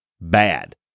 bad